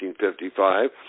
1955